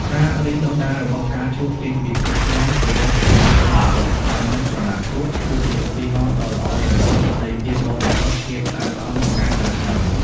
ការរីកដុះដាលរបស់ផ្កាឈូកចេញពីភក់ជ្រាំទៅរកពន្លឺព្រះអាទិត្យ ដោយមិនប្រឡាក់ភក់ គឺជាឧទាហរណ៍ដ៏ល្អបំផុតនៃ ភាពបរិសុទ្ធ ភាពស្អាតស្អំ និងការត្រាស់ដឹង។